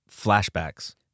flashbacks